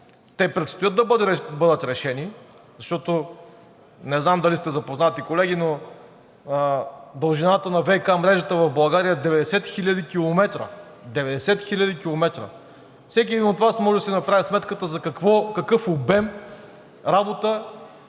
Те предстоят да бъдат решени, защото, не знам дали сте запознати, колеги, но дължината на ВиК мрежата в България е 90 хиляди километра. Всеки един от Вас може да си направи сметката за какъв обем работа